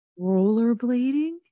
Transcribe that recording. Rollerblading